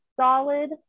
solid